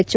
H